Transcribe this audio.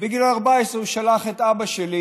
בגיל 14 הוא שלח את אבא שלי